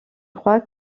crois